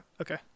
Okay